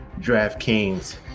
DraftKings